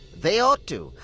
they ought to!